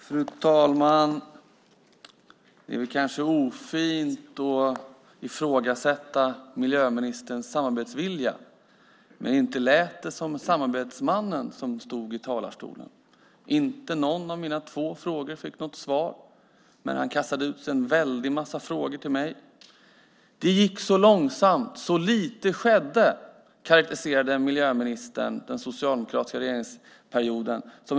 Fru talman! Det är kanske ofint att ifrågasätta miljöministerns samarbetsvilja. Men inte lät det som om det var samarbetsmannen som stod i talarstolen. Jag fick inte svar på någon av mina två frågor. Men han kastade ur sig en väldig massa frågor till mig. Det gick så långsamt. Så lite skedde. Så karakteriserade miljöministern den socialdemokratiska regeringsperioden.